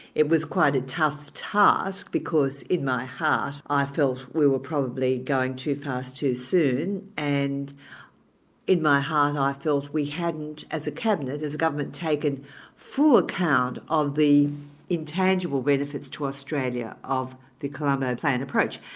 it was quite a tough task because in my heart, i felt we were probably going too fast, too soon, and in my heart i felt we hadn't as a cabinet, as a government, taken full account of the intangible benefits to australia of the colombo plan approach.